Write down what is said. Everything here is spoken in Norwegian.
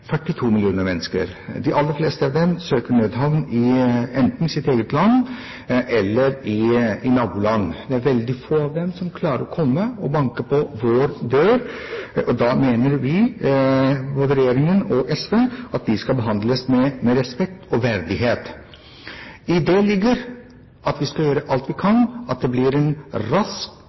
42 millioner mennesker. De aller fleste av dem søker nødhavn enten i sitt eget land eller i naboland. Det er veldig få av dem som klarer å komme og banke på vår dør, og da mener vi – både regjeringen og SV – at de skal behandles med respekt og verdighet. I det ligger det at vi skal gjøre alt vi kan for at det blir en rask,